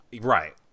right